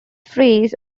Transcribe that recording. phrase